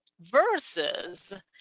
Versus